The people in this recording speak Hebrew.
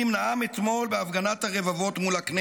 נאם אתמול בהפגנת הרבבות מול הכנסת.